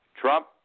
Trump